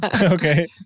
Okay